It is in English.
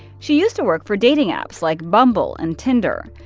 she used to work for dating apps like bumble and tinder.